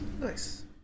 nice